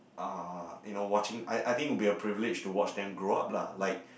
uh you know watching I I think it will be a privilege to watch them grow up lah like